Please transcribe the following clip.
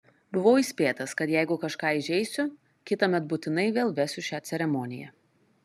buvau įspėtas kad jeigu kažką įžeisiu kitąmet būtinai vėl vesiu šią ceremoniją